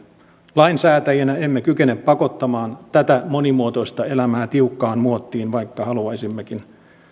lainsäätäjinä emme kykene pakottamaan tätä monimuotoista elämää tiukkaan muottiin vaikka haluaisimmekin